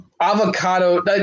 avocado –